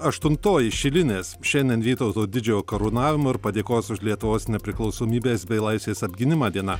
aštuntoji šilinės šiandien vytauto didžiojo karūnavimo ir padėkos už lietuvos nepriklausomybės bei laisvės apgynimą diena